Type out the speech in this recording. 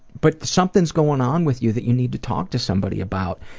but something's going on with you that you need to talk to somebody about.